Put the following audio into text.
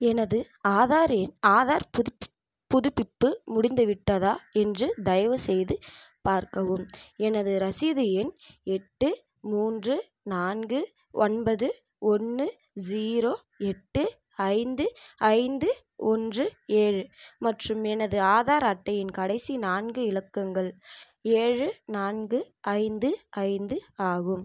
எனது ஆதாரின் ஆதார் புதுப் புதுப்பிப்பு முடிந்துவிட்டதா என்று தயவுசெய்து பார்க்கவும் எனது ரசீது எண் எட்டு மூன்று நான்கு ஒன்பது ஒன்று ஜீரோ எட்டு ஐந்து ஐந்து ஒன்று ஏழு மற்றும் எனது ஆதார் அட்டையின் கடைசி நான்கு இலக்கங்கள் ஏழு நான்கு ஐந்து ஐந்து ஆகும்